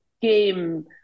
game